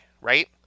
Right